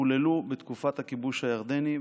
חוללו בתקופת הכיבוש הירדני,